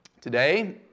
Today